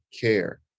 care